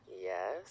Yes